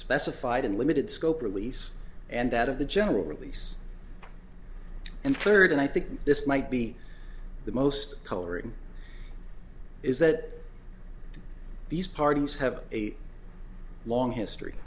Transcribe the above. specified and limited scope release and that of the general release and third and i think this might be the most coloring is that these parties have a long history